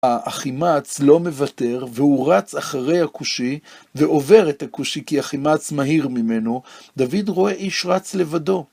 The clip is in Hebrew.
החימץ לא מוותר, והוא רץ אחרי הכושי, ועובר את הכושי כי החימץ מהיר ממנו, דוד רואה איש רץ לבדו.